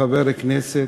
כחבר כנסת,